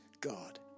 God